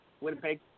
Winnipeg